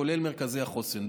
כולל למרכזי החוסן,